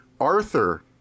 Arthur